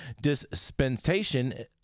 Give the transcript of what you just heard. dispensation